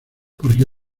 porque